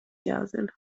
jāzina